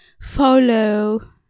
Follow